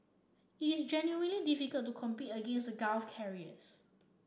it is genuinely difficult to compete against the Gulf carriers